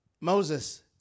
Moses